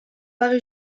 paru